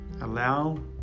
Allow